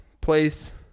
place